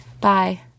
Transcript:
Bye